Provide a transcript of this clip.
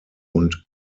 und